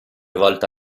volta